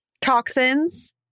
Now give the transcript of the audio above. toxins